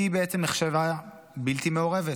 היא בעצם נחשבה בלתי מעורבת.